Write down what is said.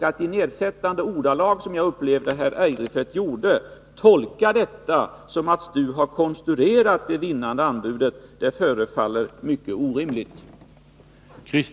Att i nedsättande ordalag, vilket jag upplevde att herr Eirefelt gjorde, tolka detta som att STU har konstruerat det vinnande anbudet, förefaller helt orimligt.